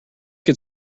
can